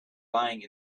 lying